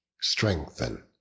strengthen